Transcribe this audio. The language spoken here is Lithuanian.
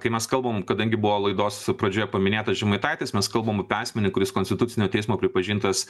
kai mes kalbam kadangi buvo laidos pradžioje paminėtas žemaitaitis mes kalbam apie asmenį kuris konstitucinio teismo pripažintas